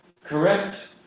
Correct